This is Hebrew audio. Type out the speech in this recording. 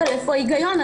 אבל איפה ההיגיון?